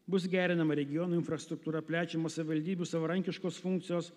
bus gerinama regionų infrastruktūra plečiamos savivaldybių savarankiškos funkcijos